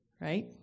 Right